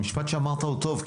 המשפט שאמרת הוא טוב,